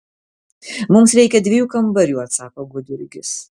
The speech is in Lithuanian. mums reikia dviejų kambarių atsako gudjurgis